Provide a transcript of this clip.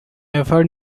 ever